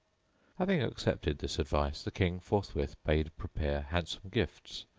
having accepted this advice the king forthwith bade prepare handsome gifts,